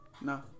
No